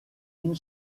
une